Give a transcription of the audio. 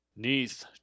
Neath